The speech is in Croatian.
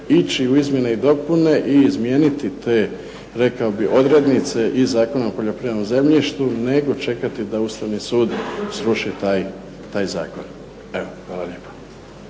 ići u izmjene i dopune i izmijeniti te, rekao bih odrednice, i Zakona o poljoprivrednom zemljištu, nego čekati da Ustavni sud sruši taj zakon. Evo, hvala lijepa.